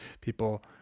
people